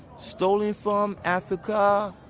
stolen from africa.